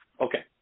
Okay